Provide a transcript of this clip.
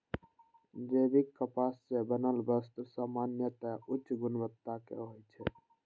जैविक कपास सं बनल वस्त्र सामान्यतः उच्च गुणवत्ता के होइ छै